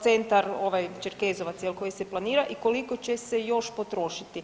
centar ovaj Čerkezova jel koji se planira i koliko će se još potrošiti?